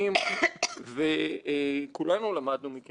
אלה דברים שהציבור צריך לדעת ולהכיר.